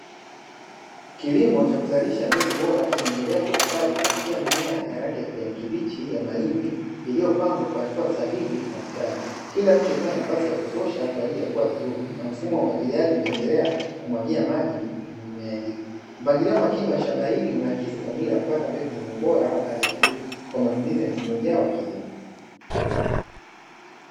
Kilimo cha kuzalisha mbegu bora, kinaendelea kwa ustadi kupitia mimea ya rangi ya kijani kibichi ya mahindi, iliyopangwa kwa hatua sahihi kwa mstari. Kila mche ukiwa na nafasi ya kutosha kwa ajili ya kukua vizuri na mfumo wa umwagiliaji unaendelea kumwagia maji mimea hii. Mpangilio makini wa shamba hili, unaakisi dhamira ya kupata mbegu zenye ubora wa hali ya juu, kwa matumizi ya msimu ujao wa kilimo.